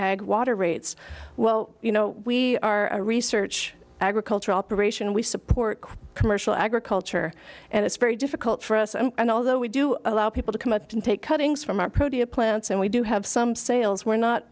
ag water rates well you know we are research agriculture operation we support quick commercial agriculture and it's very difficult for us and although we do allow people to come up and take cuttings from our protea plants and we do have some sales we're not